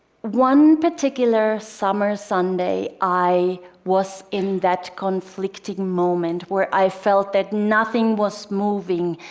one particular summer sunday, i was in that conflicting moment where i felt that nothing was moving,